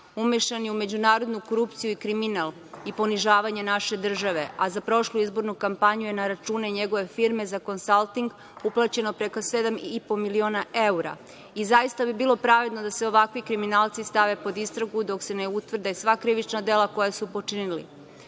Umešan je u međunarodnu korupciju i kriminal i ponižavanje naše države. Za prošlu izbornu kampanju je na račune njegove firme za konsalting uplaćeno preko 7,5 miliona evra. Zaista bi bilo pravedno da se ovakvi kriminalci stavi pod istragu dok se ne utvrde sva krivična dela koja su